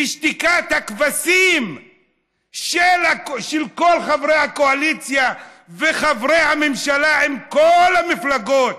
ושתיקת הכבשים של כל חברי הקואליציה וחברי הממשלה מכל המפלגות,